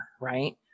Right